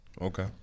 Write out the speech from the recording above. Okay